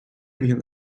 він